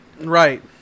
Right